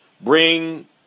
bring